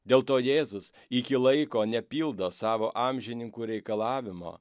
dėl to jėzus iki laiko nepildo savo amžininkų reikalavimo